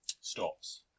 Stops